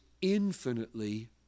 infinitely